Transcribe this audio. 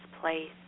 place